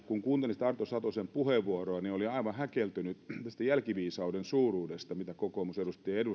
kun kuuntelin sitä arto satosen puheenvuoroa niin olin aivan häkeltynyt tästä jälkiviisauden suuruudesta mitä kokoomusedustaja